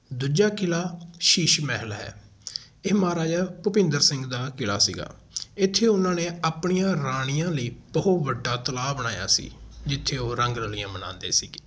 ਦੂਜਾ ਕਿਲ੍ਹਾ ਸ਼ੀਸ਼ ਮਹਿਲ ਹੈ ਇਹ ਮਹਾਰਾਜਾ ਭੁਪਿੰਦਰ ਸਿੰਘ ਦਾ ਕਿਲ੍ਹਾ ਸੀਗਾ ਇੱਥੇ ਉਹਨਾਂ ਨੇ ਆਪਣੀਆਂ ਰਾਣੀਆਂ ਲਈ ਬਹੁਤ ਵੱਡਾ ਤਲਾਬ ਬਣਾਇਆ ਸੀ ਜਿੱਥੇ ਉਹ ਰੰਗ ਰਲੀਆਂ ਮਨਾਉਂਦੇ ਸੀ